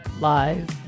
Live